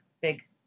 big